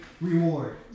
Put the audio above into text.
reward